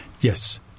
Yes